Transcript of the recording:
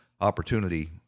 opportunity